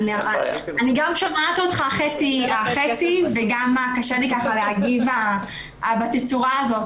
אני גם שומעת אותך מקוטע וקשה לי להגיב בצורה הזאת.